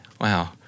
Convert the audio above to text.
Wow